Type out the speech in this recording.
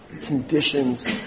conditions